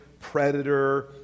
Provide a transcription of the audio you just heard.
predator